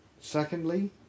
secondly